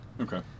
Okay